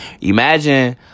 imagine